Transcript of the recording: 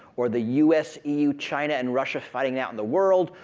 or the us, eu, china and russia fighting out in the world,